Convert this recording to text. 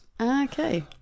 Okay